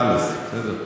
חלאס, בסדר?